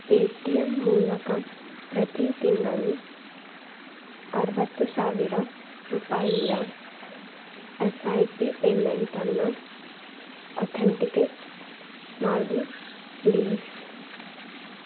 pay T M ಮೂಲಕ ಪ್ರತಿ ತಿಂಗಳು ಅರವತ್ತು ಸಾವಿರ ರೂಪಾಯಿಯ ಎಸ್ ಐ ಪಿ ಪೇಮೆಂಟನ್ನ ಅಥೆಂಟಿಕೇಟ್ ಮಾಡು ಪ್ಲೀಸ್